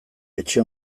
etxe